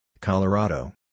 Colorado